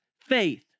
faith